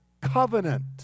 covenant